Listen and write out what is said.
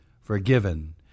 forgiven